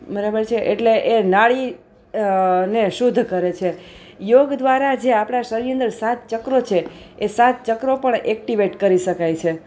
બરાબર છે એટલે એ નાડી ને શુદ્ધ કરે છે યોગ દ્વારા જે આપણાં શરીર અંદર સાત ચક્રો છે એ સાત ચક્રો પણ એક્ટિવેટ કરી શકાય છે